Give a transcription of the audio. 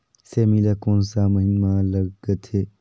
सेमी ला कोन सा महीन मां लगथे?